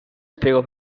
spiego